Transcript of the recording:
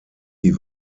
die